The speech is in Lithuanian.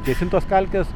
gesintos kalkės